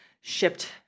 shipped